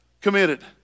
committed